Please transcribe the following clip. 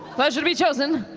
pleasure to be chosen.